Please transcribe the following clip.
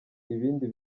ibindi